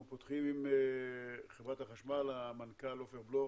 אנחנו פותחים עם חברת החשמל, המנכ"ל עופר בלוך.